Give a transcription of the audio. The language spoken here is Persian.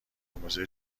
موزه